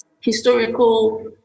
historical